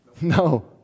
No